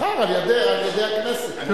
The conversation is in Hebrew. נבחר על-ידי הכנסת.